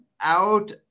out